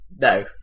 No